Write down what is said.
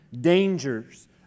dangers